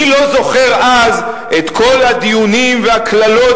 אני לא זוכר אז את כל הדיונים והקללות